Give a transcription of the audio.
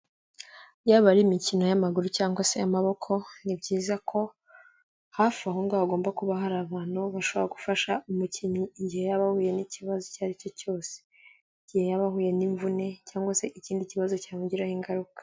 Yaba ari imikino y'amaguru cyangwa se y'amaboko, ni byiza ko hafi aho ngaho hagomba kuba hari abantu bashobora gufasha umukinnyi igihe yaba ahuye n'ikibazo icyo ari cyo cyose. Igihe yaba ahuye n'imvune cyangwa se ikindi kibazo cyamugiraho ingaruka.